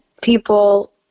people